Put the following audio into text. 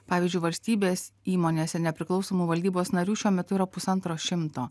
pavyzdžiui valstybės įmonėse nepriklausomų valdybos narių šiuo metu yra pusantro šimto